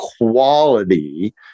quality